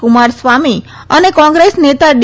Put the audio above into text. કુમાર સ્વામી અને કોંગ્રેસ નેતા ડી